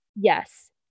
Yes